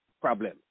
problem